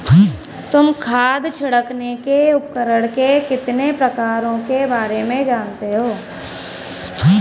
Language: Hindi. तुम खाद छिड़कने के उपकरण के कितने प्रकारों के बारे में जानते हो?